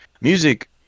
music